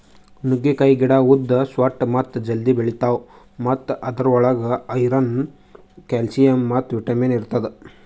ನುಗ್ಗೆಕಾಯಿ ಗಿಡ ಉದ್ದ, ಸೊಟ್ಟ ಮತ್ತ ಜಲ್ದಿ ಬೆಳಿತಾವ್ ಮತ್ತ ಅದುರ್ ಒಳಗ್ ಐರನ್, ಕ್ಯಾಲ್ಸಿಯಂ ಮತ್ತ ವಿಟ್ಯಮಿನ್ ಇರ್ತದ